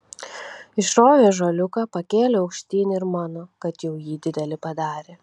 išrovė ąžuoliuką pakėlė aukštyn ir mano kad jau jį didelį padarė